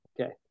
Okay